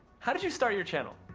how did you start your channel?